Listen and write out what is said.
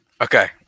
Okay